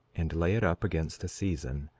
and lay it up against the season,